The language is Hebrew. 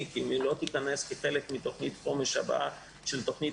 כי אם היא לא תיכנס כחלק מתכנית חומש הבאה של תכנית